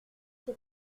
j’ai